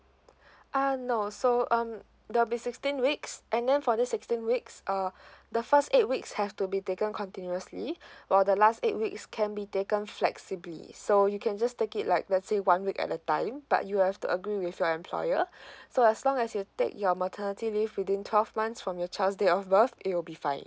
uh no so um there will be sixteen weeks and then for this sixteen weeks uh the first eight weeks have to be taken continuously while the last eight weeks can be taken flexibly so you can just take it like let's say one week at the time but you have to agree with your employer so as long as you take your maternity leave within twelve months from your child's date of birth it will be fine